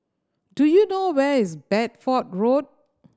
do you know where is Bedford Road